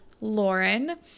Lauren